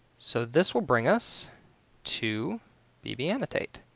so this will bring us to bb annotate.